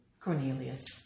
Cornelius